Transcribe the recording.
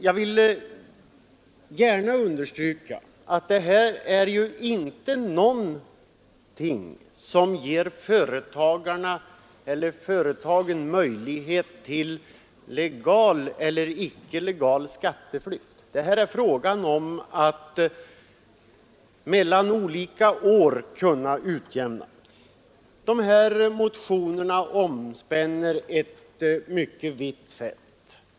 Jag vill understryka att detta inte är något som ger företagen eller företagarna möjligheter till legal eller illegal skatteflykt, utan här är det fråga om att kunna göra resultatutjämning mellan olika år. Motionerna omspänner ett mycket vitt fält.